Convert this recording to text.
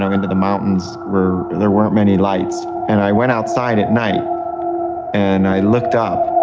um into the mountains where there weren't many lights. and i went outside at night and i looked up,